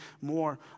more